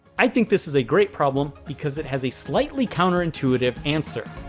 i think this is a great problem because it has a slightly counterintuitive answer.